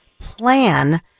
plan